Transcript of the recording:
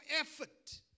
effort